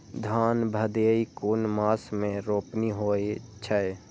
धान भदेय कुन मास में रोपनी होय छै?